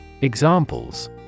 Examples